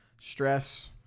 stress